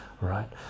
right